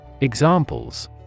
Examples